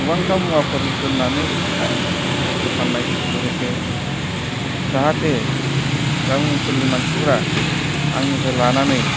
गोबांथार मुवाफोर दोननानै हलसेल फाननाय लोगोसे जाहाते गामि ओनसोलनि मानसिफ्रा आंनिफ्राय लानानै